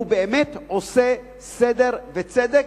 הוא באמת עושה סדר וצדק.